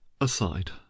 Aside